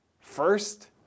First